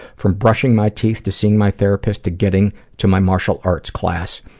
from brushing my teeth to seeing my therapist to getting to my martial arts class,